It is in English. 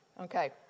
Okay